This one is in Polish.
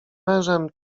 mężem